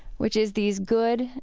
which is these good,